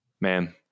man